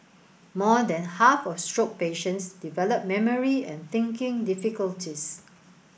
more than half of stroke patients develop memory and thinking difficulties